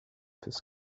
his